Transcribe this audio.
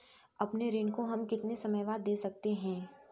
अपने ऋण को हम कितने समय बाद दे सकते हैं?